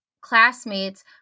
classmates